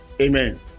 Amen